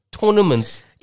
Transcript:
tournaments